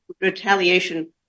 retaliation